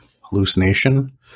hallucination